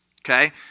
okay